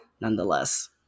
nonetheless